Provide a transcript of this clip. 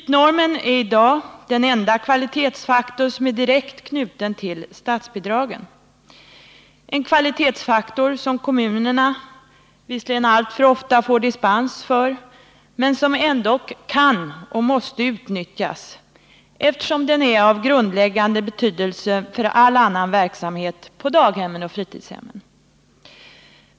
Ytnormen är i dag den enda kvalitetsfaktor som är direkt knuten till statsbidragen, en kvalitetsfaktor som kommunerna visserligen alltför ofta får dispens för men som kan och måste utnyttjas, eftersom den är av grundläggande betydelse för all annan verksamhet på daghemmen och fritidshemmen.